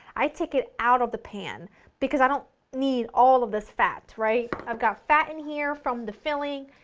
i take it out of the pan because i don't need all of this fat, right? i've got fat in here from the filling,